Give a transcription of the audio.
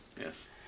Yes